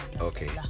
Okay